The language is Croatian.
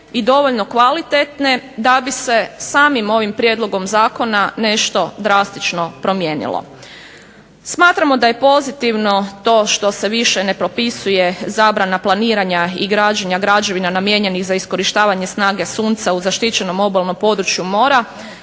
i dovoljno kvalitetne da bi se samim ovim prijedlogom zakona nešto drastično promijenilo. Smatramo da je pozitivno to što se više ne propisuje zabrana planiranja i građenja građevina namijenjenih za iskorištavanje snage sunca u zaštićenom obalnom području mora